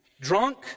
drunk